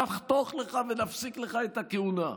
נחתוך לך ונפסיק לך את הכהונה.